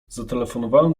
zatelefonowałem